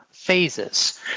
phases